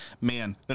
Man